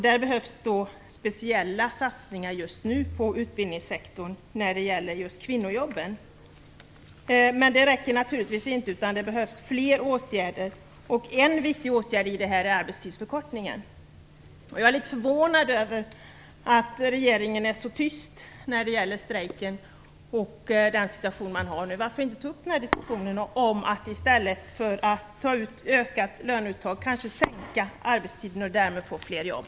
Det behövs speciella satsningar inom utbildningssektorn just nu när det gäller kvinnojobben. Det räcker naturligtvis inte. Det behövs fler åtgärder. En viktig åtgärd är arbetstidsförkortningen. Jag är litet förvånad över att regeringen är så tyst när det gäller strejken och den situation man har nu. Varför inte ta upp den här diskussionen om att i stället för att ta ut ökade löner sänka arbetstiden och därmed få fler jobb.